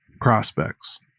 prospects